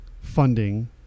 funding